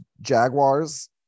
Jaguars